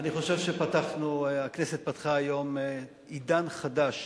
אני חושב שהכנסת פתחה היום עידן חדש